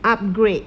upgrade